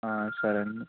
సరే అండి